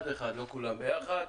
אחד אחד, לא כולם ביחד.